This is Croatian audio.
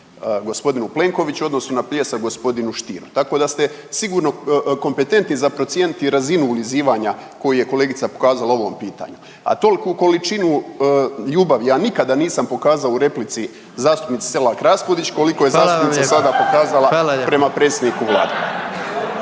g. Plenkoviću odnosno na pljesak g. Stieru, tako da ste sigurno kompetentni za procijeniti razinu ulizivanja koju je kolegica pokazala ovom pitanju, a tolku količinu ljubavi ja nikada nisam pokazao u replici zastupnici Selak Raspudić koliko je zastupnica sada pokazala prema predsjedniku vlade.